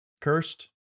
cursed